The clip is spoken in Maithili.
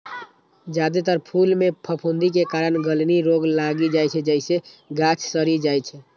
जादेतर फूल मे फफूंदी के कारण गलनी रोग लागि जाइ छै, जइसे गाछ सड़ि जाइ छै